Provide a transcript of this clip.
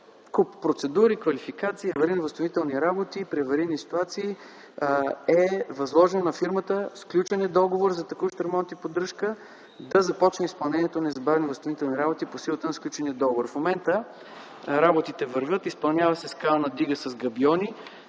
куп процедури, квалификации, аварийно-възстановителни работи при аварийни ситуации е възложено на фирмата, сключен е договор за текущ ремонт и поддръжка да започне изпълнението на незабавни възстановителни работи по силата на сключения договор. В момента работите вървят, изпълнява се скална дига с габиони.